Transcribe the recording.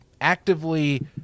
actively